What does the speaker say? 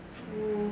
so